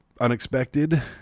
unexpected